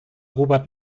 robert